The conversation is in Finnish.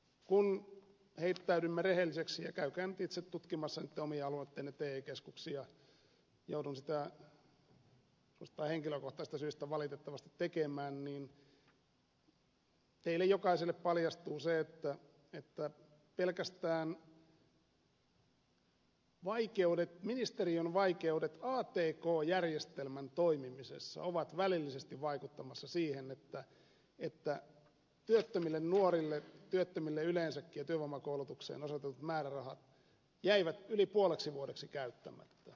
kun heittäydymme rehellisiksi niin jos käytte nyt itse tutkimassa niitä omien alueittenne te keskuksia joudun sitä suorastaan henkilökohtaisista syistä valitettavasti tekemään niin teille jokaiselle paljastuu se että pelkästään ministeriön vaikeudet atk järjestelmän toimimisessa ovat välillisesti vaikuttamassa siihen että työttömille nuorille työttömille yleensäkin ja työvoimakoulutukseen osoitetut määrärahat jäivät yli puoleksi vuodeksi käyttämättä